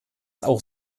auch